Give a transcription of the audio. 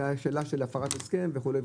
הייתה שאלה של הפרת הסכם וכו'.